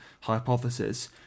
hypothesis